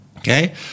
Okay